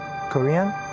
Korean